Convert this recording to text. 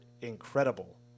incredible